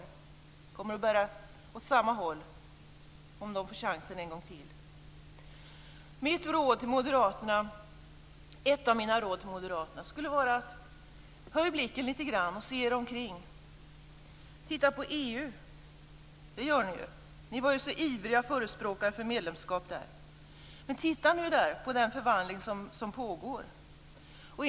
Det kommer att bära åt samma håll om de får chansen en gång till. Ett av mina råd till Moderaterna är att de skall höja blicken litet grand och se sig omkring. Titta på EU! Det gör ni ju. Ni var ju ivriga förespråkare för medlemskap i EU. Titta nu på den förvandling som pågår där.